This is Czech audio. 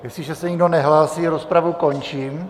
Jestliže se nikdo nehlásí, rozpravu končím.